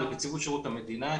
את נציבות שירות המדינה,